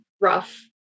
rough